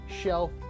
shelf